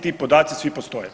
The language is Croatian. Ti podaci svi postoje.